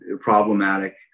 problematic